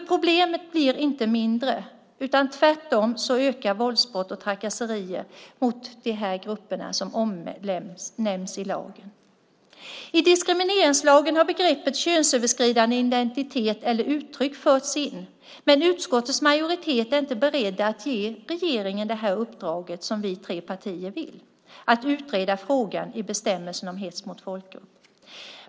Problemet blir inte mindre, utan tvärtom ökar våldsbrott och trakasserier mot de grupper som omnämns i lagen. I diskrimineringslagen har begreppet könsöverskridande identitet eller uttryck förts in, men utskottets majoritet är inte beredd att ge regeringen det uppdrag som vi tre partier vill, att utreda frågan i bestämmelsen om hets mot folkgrupp.